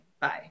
Bye